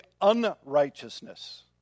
unrighteousness